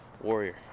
warrior